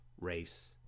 race